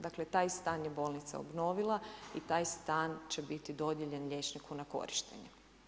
Dakle, taj stan je bolnica obnovila i taj stan će biti dodijeljen liječniku na korištenje.